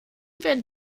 werden